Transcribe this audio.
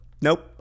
nope